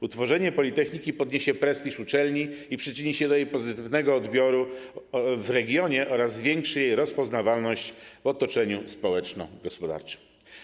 Utworzenie politechniki podniesie prestiż uczelni i przyczyni się do jej pozytywnego odbioru w regionie oraz zwiększy jej rozpoznawalność w otoczeniu społeczno-gospodarczym.